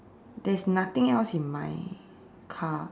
there's nothing else in my car